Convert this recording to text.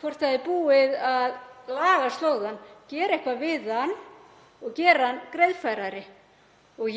hvort búið er að laga slóðann, gera eitthvað við hann og gera hann greiðfærari.